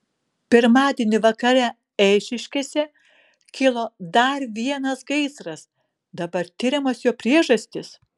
pirmadienį vakare eišiškėse kilo dar vienas gaisras dabar tiriamos jo priežastys